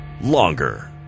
Longer